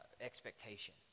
expectation